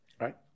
Right